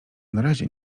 narazie